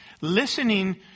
listening